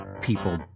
people